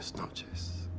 noches.